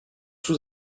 sous